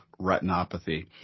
retinopathy